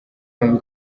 yombi